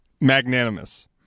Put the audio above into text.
magnanimous